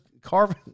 carving